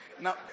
Now